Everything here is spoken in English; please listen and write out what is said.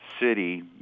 city